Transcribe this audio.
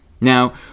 now